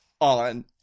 on